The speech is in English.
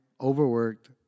overworked